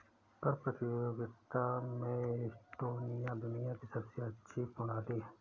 कर प्रतियोगिता में एस्टोनिया दुनिया की सबसे अच्छी कर प्रणाली है